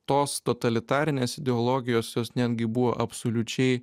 tos totalitarinės ideologijos jos netgi buvo absoliučiai